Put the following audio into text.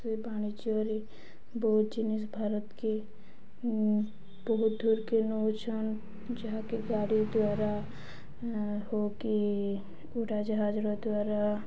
ସେ ବାଣିଜ୍ୟରେ ବହୁତ ଜିନିଷ୍ ଭାରତକେ ବହୁତ ଦୂର୍ କେ ନଉଛନ୍ ଯାହାକି ଗାଡ଼ି ଦ୍ୱାରା ହଉ କିି ଉଡ଼ାଜାହାଜର ଦ୍ୱାରା